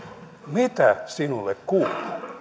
mitä sinulle kuuluu